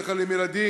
בדרך כלל עם ילדים,